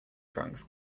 trunks